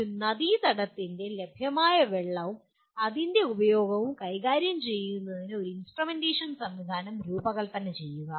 ഒരു നദീതടത്തിൽ ലഭ്യമായ വെള്ളവും അതിന്റെ ഉപയോഗവും കൈകാര്യവും ചെയ്യുന്നതിന് ഒരു ഇൻസ്ട്രുമെന്റേഷൻ സംവിധാനം രൂപകൽപ്പന ചെയ്യുക